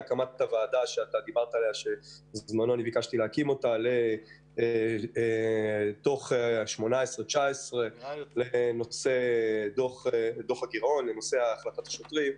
החל מהקמת הוועדה שאני ביקשתי להקים אל תוך 2019 וכל בנושא השוטרים,